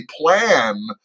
plan